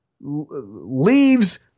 leaves